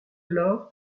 laure